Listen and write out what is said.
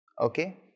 okay